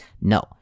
No